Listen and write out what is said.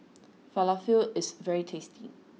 Falafel is very tasty